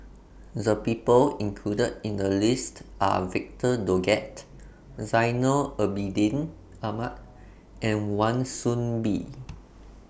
The People included in The list Are Victor Doggett Zainal Abidin Ahmad and Wan Soon Bee